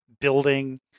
building—